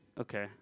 Okay